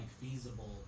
feasible